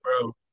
bro